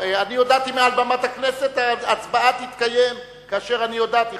אני הודעתי מעל במת הכנסת: ההצבעה תתקיים כאשר אני הודעתי,